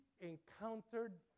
encountered